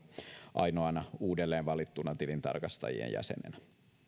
ainoana uudelleenvalittuna tilintarkastajien jäsenenä